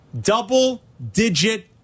double-digit